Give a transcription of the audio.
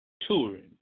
touring